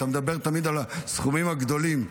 אתה מדבר תמיד על הסכומים הגדולים,